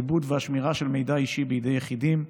העיבוד והשמירה של מידע אישי בידי יחידים,